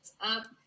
up